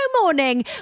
morning